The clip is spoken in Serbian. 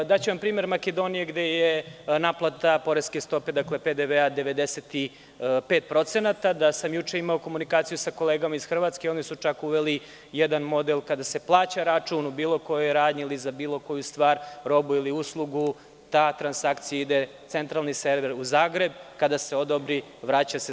Daću vam primer Makedonije gde je naplata poreske stope, dakle, PDV 95%, da sam juče imao komunikaciju sa kolegama iz Hrvatske, oni su čak uveli jedan model kada se plaća račun u bilo kojoj radnji ili za bilo koju stvar, robu ili uslugu, ta transakcija ide u centralni server u Zagrebu i kada se odobri vraća se.